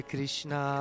Krishna